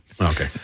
Okay